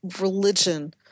religion